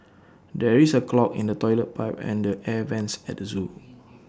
there is A clog in the Toilet Pipe and the air Vents at the Zoo